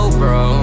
bro